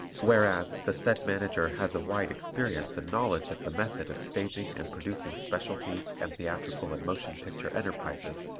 whereas, the said manager has a wide experience and knowledge of the method of staging and producing specialties and theatrical and motion picture enterprises,